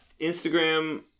Instagram